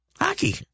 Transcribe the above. Hockey